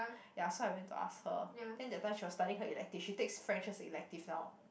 ya so I went to ask her then that time she was studying her elective she takes French as her elective now